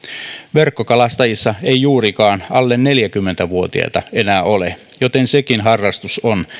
verkkokalastajissa ei juurikaan alle neljäkymmentä vuotiaita enää ole joten sekin harrastus on